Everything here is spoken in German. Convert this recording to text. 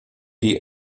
die